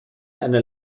einer